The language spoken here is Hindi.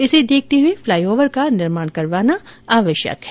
इसे देखते हुए फ्लाई ओवर का निर्माण करवाना आवश्यक है